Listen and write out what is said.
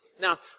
Now